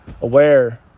aware